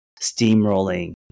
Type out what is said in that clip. steamrolling